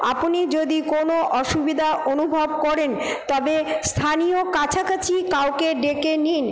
আপনি যদি কোনো অসুবিধা অনুভব করেন তবে স্থানীয় কাছাকাছি কাউকে ডেকে নিন